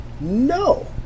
No